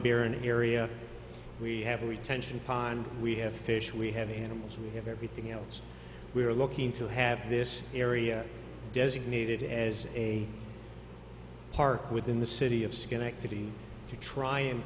barren area we have a retention pond we have fish we have animals we have everything else we are looking to have this area designated as a park within the city of schenectady to try and